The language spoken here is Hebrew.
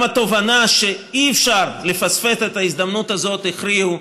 התובנה שאי-אפשר לפספס את ההזדמנות הזאת הכריעו,